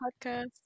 podcast